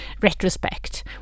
retrospect